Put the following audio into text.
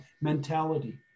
mentality